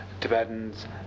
Tibetans